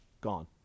gone